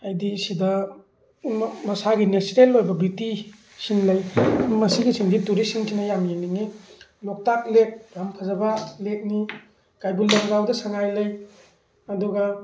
ꯍꯥꯏꯗꯤ ꯁꯤꯗ ꯃꯁꯥꯒꯤ ꯅꯦꯆꯔꯦꯜ ꯑꯣꯏꯕ ꯕ꯭ꯌꯨꯇꯤꯁꯤꯡ ꯂꯩ ꯃꯁꯤꯒꯤꯁꯤꯡꯁꯤ ꯇꯨꯔꯤꯁꯁꯤꯡꯁꯤꯅ ꯌꯥꯝ ꯌꯦꯡꯅꯤꯡꯉꯤ ꯂꯣꯛꯇꯥꯛ ꯂꯦꯛ ꯌꯥꯝ ꯐꯖꯕ ꯂꯦꯛꯅꯤ ꯀꯩꯕꯨꯜ ꯂꯝꯖꯥꯎꯗ ꯁꯉꯥꯏ ꯂꯩ ꯑꯗꯨꯒ